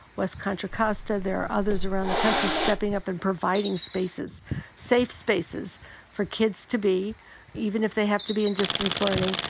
west contra costa. there are others around the country stepping up and providing safe spaces for kids to be even if they have to be in distance learning,